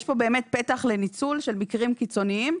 יש פה באמת פתח לניצול של מקרים קיצוניים,